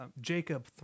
jacob